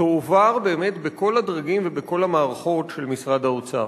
תועבר באמת בכל הדרגים ובכל המערכות של משרד האוצר: